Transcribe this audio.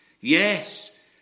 Yes